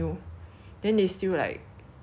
this opening new stores